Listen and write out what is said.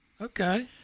Okay